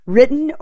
Written